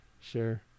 sure